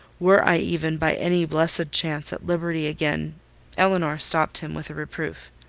were i even by any blessed chance at liberty again elinor stopped him with a reproof.